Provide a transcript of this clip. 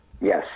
Yes